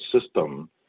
system